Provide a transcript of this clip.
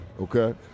okay